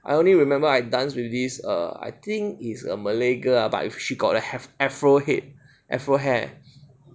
I only remember I dance with this err I think it's a malay girl lah but she got a have afro head afro hair